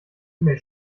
mail